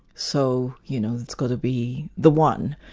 so, you know, it's got to be the one.